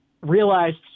realized